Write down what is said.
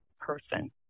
person